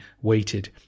waited